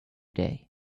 day